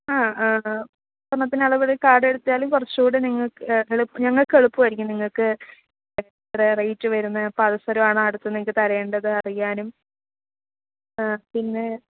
ആ ആ ആ സ്വര്ണ്ണത്തിന്റെ അളവിൽ കാടെഴ്ത്തിയാലും കുറച്ചൂടെ നിങ്ങൾക്ക് എളുപ്പം ഞങ്ങൾക്ക് എളുപ്പമായിരിക്കും നിങ്ങൾക്ക് ഇതേ റേറ്റ് വരുന്ന പാദസരമാണോ അടുത്ത് നിങ്ങൾക്ക് തരേണ്ടത് അറിയാനും പിന്നെ